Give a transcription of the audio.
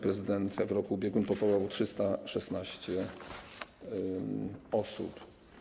Prezydent w roku ubiegłym powołał 316 osób.